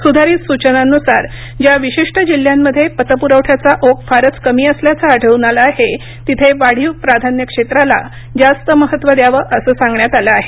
सुधारित सूचनांनुसार ज्या विशिष्ट जिल्ह्यांमध्ये पतपुरवठ्याचा ओघ फारच कमी असल्याचं आढळून आलं आहे तिथे वाढीव प्राधान्य क्षेत्राला जास्त महत्व द्यावं असं सांगण्यात आलं आहे